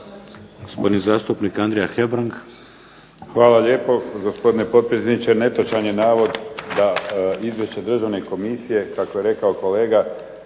Hvala lijepo gospodine potpredsjedniče. Netočan je navod da izvješće Državne komisije kako je rekao kolega